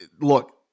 Look